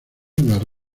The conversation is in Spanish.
las